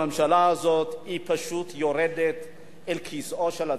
הממשלה הזאת פשוט יורדת לכיסו של הציבור,